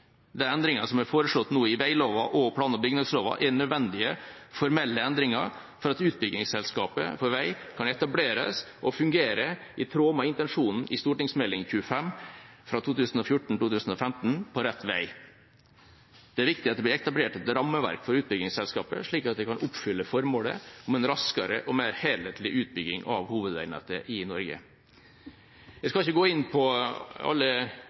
plan- og bygningsloven, er nødvendige formelle endringer for at utbyggingsselskapet for vei kan etableres og fungere i tråd med intensjonen i Meld. St. 25 for 2014–2015 På rett vei. Det er viktig at det blir etablert et rammeverk for utbyggingsselskaper, slik at en kan oppfylle formålet om en raskere og mer helhetlig utbygging av hovedveinettet i Norge. Jeg skal ikke gå inn på alle